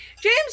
James